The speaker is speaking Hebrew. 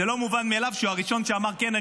זה לא מובן מאליו שהוא הראשון שאמר: כן,